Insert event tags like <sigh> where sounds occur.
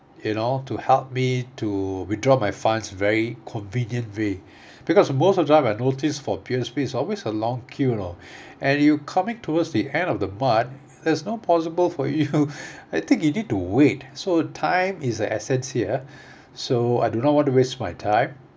you know to help me to withdraw my funds very convenient way because most of time I noticed for P_O_S_B is always a long queue you know and you coming towards the end of the month there's no possible for you <laughs> I think you need to wait so time is the assets here so I do not want to waste my time